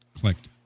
clicked